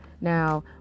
Now